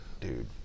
dude